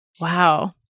Wow